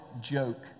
joke